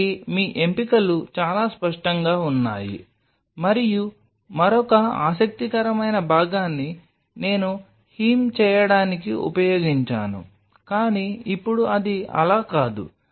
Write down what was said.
కాబట్టి మీ ఎంపికలు చాలా స్పష్టంగా ఉన్నాయి మరియు మరొక ఆసక్తికరమైన భాగాన్ని నేను హీమ్ చేయడానికి ఉపయోగించాను కానీ ఇప్పుడు అది అలా కాదు